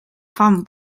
fan